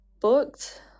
booked